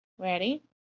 Ready